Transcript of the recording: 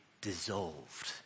dissolved